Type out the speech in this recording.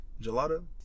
gelato